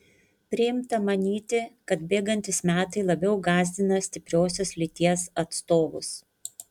priimta manyti kad bėgantys metai labiau gąsdina stipriosios lyties atstovus